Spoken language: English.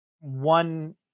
one